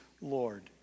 Lord